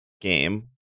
game